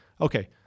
Okay